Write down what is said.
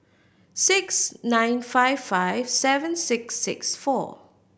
six nine five five seven six six four